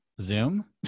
Zoom